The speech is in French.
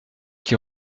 qui